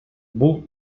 бул